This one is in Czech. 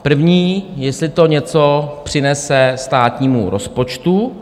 První, jestli to něco přinese státnímu rozpočtu.